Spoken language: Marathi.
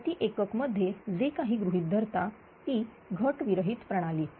प्रति एकक मध्ये जे काही गृहीत धरता ती घट विरहित प्रणाली